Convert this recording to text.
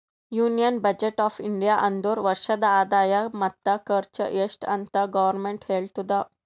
union budget of India ಅಂದುರ್ ವರ್ಷದ ಆದಾಯ ಮತ್ತ ಖರ್ಚು ಎಸ್ಟ್ ಅಂತ್ ಗೌರ್ಮೆಂಟ್ ಹೇಳ್ತುದ